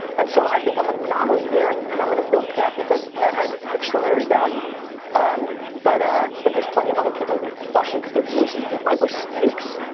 and so i think i'm an anomaly there and i'm gonna milk that because that has extraordinary value um but ah but there's plenty of other people who crush it cause their voice is deep. my voice stinks.